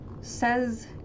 says